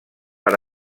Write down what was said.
per